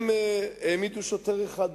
הם העמידו שוטר אחד בחברון.